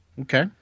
Okay